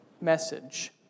message